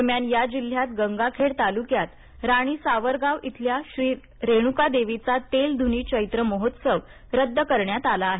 दरम्यान या जिल्ह्यात गंगाखेड तालुक्यात राणी सावरगाव इथल्या श्री रेणुकादेवीचा तेल धुनी चैत्र महोत्सव रद्द करण्यात आला आहे